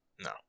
No